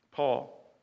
Paul